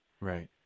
Right